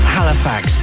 Halifax